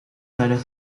sala